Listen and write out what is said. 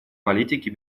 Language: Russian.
политики